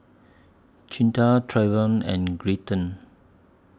Cinda Trayvon and